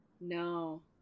No